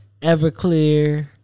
Everclear